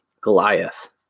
Goliath